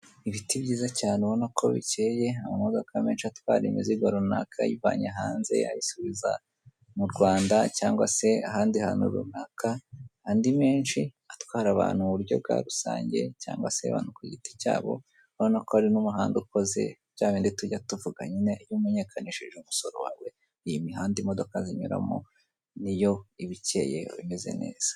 Ibiti byiza cyane ubona uko bikeye, amamodoka menshi atwara imizigo runaka ayivanye hanze ayisubiza mu rwanda cyangwa se ahandi hantu runaka, andi menshi atwara abantu mu buryo bwa rusange cyangwa se abantu ku giti cyabo ubona ko hari n'umuhanda ukoze bya bindi tujya tuvuga nyine iyo umenyekanishije umusoro wawe, iyi mihanda imodoka zinyuramo niyo iba ikeye imeze neza.